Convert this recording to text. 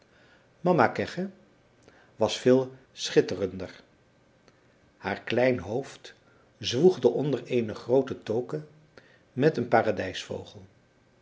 mama kegge was veel schitterender haar klein hoofd zwoegde onder eene groote toque met een